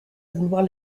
vouloir